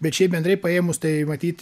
bet šiaip bendrai paėmus tai matyt